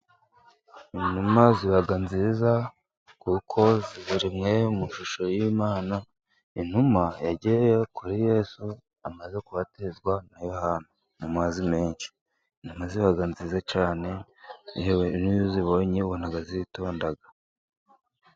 Inuma ziba nziza kuko ziremwe mu ishusho y'imana. Intumwa yagiye kuri yesu amaze kubatizwa na Yohana mu mazi menshi. Inuma ziba nziza cyane n'iyo uzibonye ubona zitonda.